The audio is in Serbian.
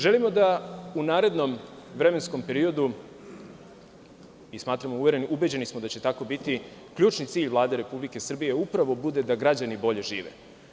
Želimo da u narednom vremenskom periodu, ubeđeni smo da će tako biti, ključni cilj Vlade Republike Srbije bude da građani bolje žive.